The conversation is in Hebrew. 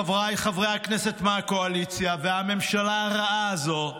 חבריי חברי הכנסת מהקואליציה והממשלה הרעה הזו,